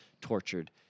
tortured